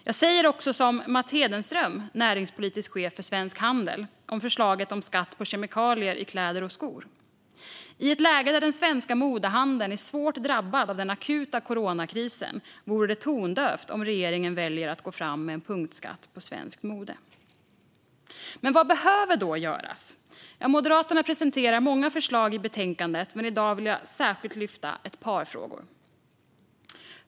Jag säger också som Mats Hedenström, näringspolitisk chef för Svensk Handel, om förslaget om skatt på kemikalier i kläder och skor: "I ett läge där den svenska modehandeln är svårt drabbad av den akuta coronakrisen vore det tondövt om regeringen väljer att gå fram med en punktskatt på svenskt mode." Vad behöver då göras? Moderaterna har presenterat många förslag i betänkandet. Men i dag vill jag särskilt lyfta fram ett par frågor.